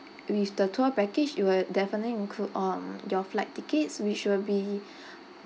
with the tour package it will definitely include um your flight tickets which will be